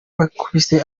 bakubise